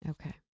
Okay